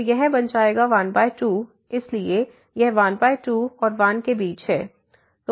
तो यह बन जाएगा 12 इसलिए यह 12 और 1 के बीच है